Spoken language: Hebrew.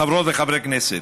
חברות וחברי כנסת,